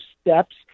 steps